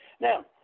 now